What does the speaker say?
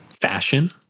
fashion